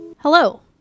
Hello